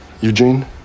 Eugene